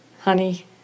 Honey